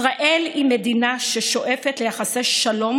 ישראל היא מדינה ששואפת ליחסי שלום